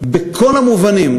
בכל המובנים,